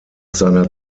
seiner